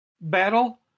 battle